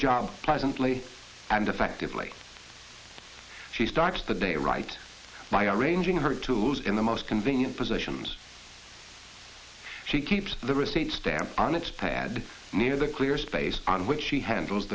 job pleasantly and effectively she starts the day right by arranging her tools in the most convenient positions she keeps the receipt stamp on it pad needed a clear space on which she handles